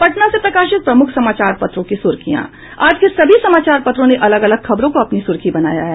अब पटना से प्रकाशित प्रमुख समाचार पत्रों की सुर्खियां आज के सभी समाचार पत्रों ने अलग अलग खबरों को अपनी सुर्खी बनाया है